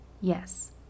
Yes